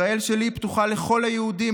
ישראל שלי פתוחה לכל היהודים,